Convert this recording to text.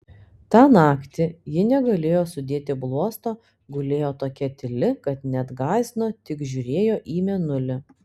tą naktį ji negalėjo sudėti bluosto gulėjo tokia tyli kad net gąsdino tik žiūrėjo į mėnulį